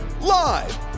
Live